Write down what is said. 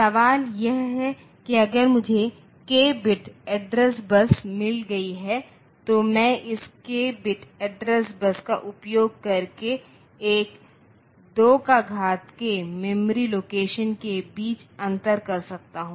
सवाल यह है कि अगर मुझे k बिट एड्रेस बस मिल गई है तो मैं इस k बिट एड्रेस बस का उपयोग करके एक 2k मेमोरी लोकेशन के बीच अंतर कर सकता हूं